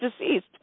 deceased